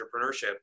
Entrepreneurship